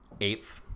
eighth